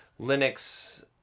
Linux